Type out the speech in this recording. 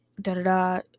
Da-da-da